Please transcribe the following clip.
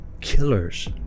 killers